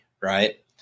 Right